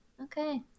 Okay